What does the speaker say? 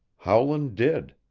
howland did.